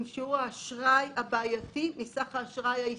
שיעור האשראי הבעייתי מסך האשראי העסקי.